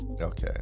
okay